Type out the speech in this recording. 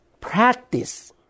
practice